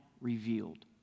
revealed